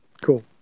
Cool